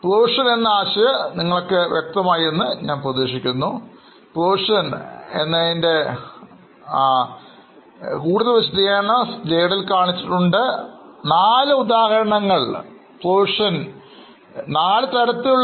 കൂടാതെ നാലു ഉദാഹരണങ്ങൾ കൂടി നൽകിയിട്ടുണ്ട്